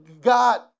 God